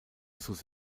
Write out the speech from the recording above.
sous